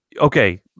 okay